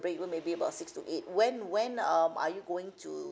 break even maybe about six two eight when when um are you going to